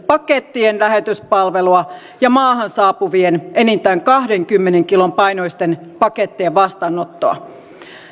pakettien lähetyspalvelua ja maahan saapuvien enintään kahdenkymmenen kilon painoisten pakettien vastaanottoa